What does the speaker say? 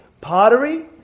pottery